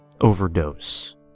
overdose